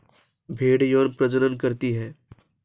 भेड़ यौन प्रजनन करती है